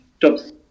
Jobs